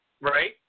Right